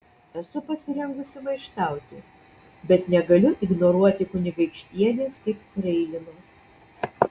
esu pasirengusi maištauti bet negaliu ignoruoti kunigaikštienės kaip freilinos